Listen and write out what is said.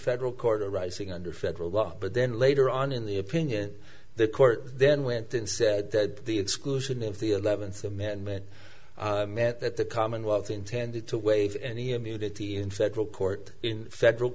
federal court arising under federal law but then later on in the opinion the court then went in said that the exclusion of the eleventh amendment meant that the commonwealth intended to waive any immunity in federal court in federal